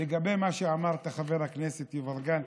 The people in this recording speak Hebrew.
לגבי מה שאמרת, חבר הכנסת יברקן,